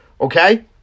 Okay